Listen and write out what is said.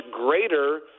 greater